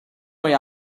way